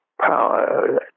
power